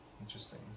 Interesting